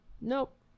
nope